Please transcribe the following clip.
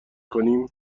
کنیم